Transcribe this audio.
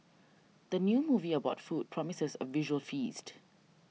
the new movie about food promises a visual feast